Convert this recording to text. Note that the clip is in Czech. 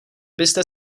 byste